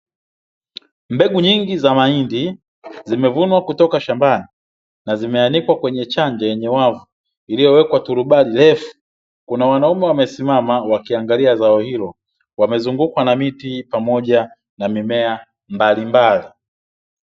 Mbegu nyingi za mahindi zimevunwa kutoka shambani, na zimeanikwa kwenye chanja yenye wavu, iliyowekwa turubai refu. Kuna wanaume wamesimama wakiangalia zao hilo, wamezungukwa na miti pamoja na mimea mbalimbali.